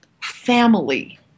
family